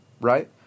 right